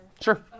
Sure